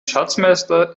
schatzmeister